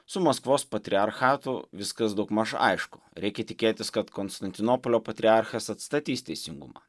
su maskvos patriarchatu viskas daugmaž aišku reikia tikėtis kad konstantinopolio patriarchas atstatys teisingumą